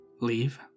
leave